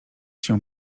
się